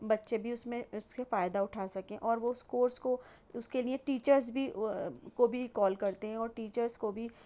بچے بھی اُس میں اُس سے فائدہ اُٹھا سکیں اور وہ اُس کورس کو اُس کے لیے ٹیچرس بھی کو بھی کال کرتے ہیں اور ٹیچرس کو بھی